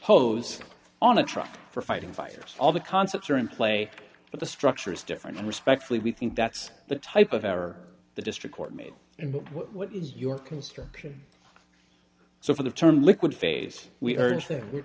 hose on a truck for fighting fires all the concepts are in play but the structure is different and respectfully we think that's the type of error the district court made and what is your construction so for the term liquid phase we urge that we're